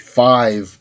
five